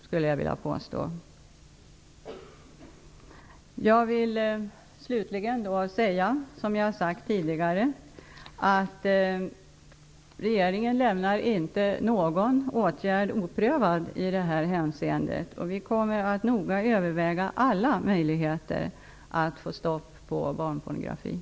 Slutligen vill jag säga att regeringen inte lämnar någon åtgärd oprövad i det här hänseendet. Det har jag också sagt tidigare. Vi kommer att noga överväga alla möjligheter att få stopp på barnpornografin.